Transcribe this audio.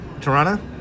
Toronto